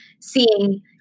seeing